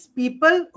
people